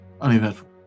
uneventful